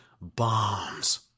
bombs